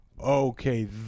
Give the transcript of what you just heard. okay